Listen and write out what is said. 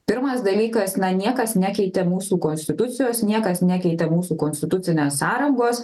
pirmas dalykas na niekas nekeitė mūsų konstitucijos niekas nekeitė mūsų konstitucinės sąrangos